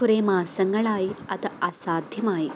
കുറേ മാസങ്ങളായി അത് അസാധ്യമായി